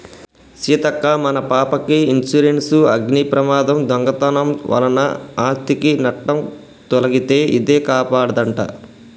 సీతక్క మన పాపకి ఇన్సురెన్సు అగ్ని ప్రమాదం, దొంగతనం వలన ఆస్ధికి నట్టం తొలగితే ఇదే కాపాడదంట